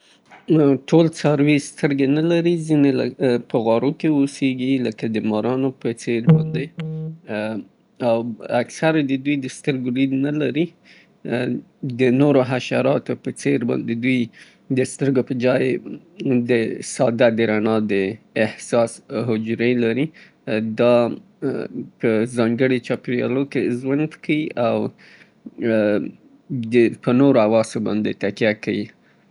نو ټول څاروي سترګې نه لري. ځينې په غارو کې اوسېږي لکه د مارانو په څېر باندې او اکثر يې د دوی د سترګو ديد نه لري. د نورو حشراتو په څېر بيا دوی د سترګو په جای د ساده د رڼا د احساس حجرې لري. دا په ځانګړي چاپېريالو کې ژوند کوي. په نورو حواسو باندې تکيه کوي.